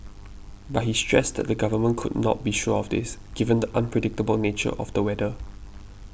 but he stressed that the Government could not be sure of this given the unpredictable nature of the weather